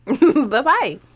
Bye-bye